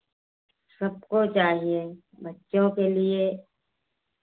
सबको चाहिए बच्चों के लिए